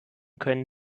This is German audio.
können